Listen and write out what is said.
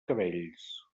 cabells